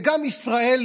וגם ישראל,